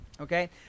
Okay